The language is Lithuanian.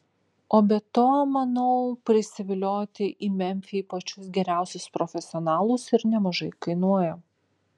o be to manau prisivilioti į memfį pačius geriausius profesionalus ir nemažai kainuoja